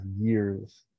years